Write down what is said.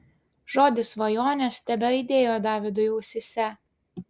žodis svajonės tebeaidėjo davidui ausyse